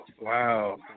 wow